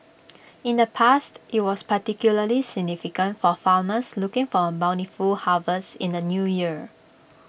in the past IT was particularly significant for farmers looking for A bountiful harvest in the New Year